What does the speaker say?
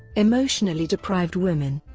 emotionally deprived women.